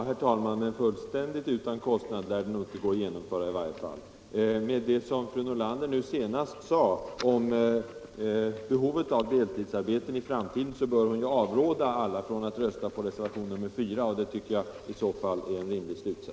Herr talman! Fullständigt utan kostnad går det nog inte att genomföra arbetstidsförkortningen i alla fall. Efter att ha hört fru Nordlanders senaste inlägg om behovet av deltidsarbete i framtiden tycker jag att hon bör avråda alla från att rösta på reservationen 4.